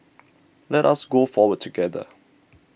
let us go forward together